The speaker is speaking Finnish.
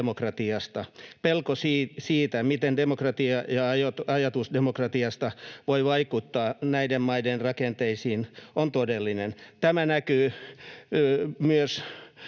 Pelko siitä, miten demokratia ja ajatus demokratiasta voi vaikuttaa näiden maiden rakenteisiin, on todellinen. Tämä näkyy myös